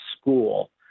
school